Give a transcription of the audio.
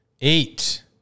Eight